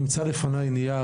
נמצא לפניי נייר,